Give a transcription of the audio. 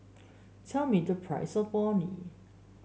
tell me the price of Orh Nee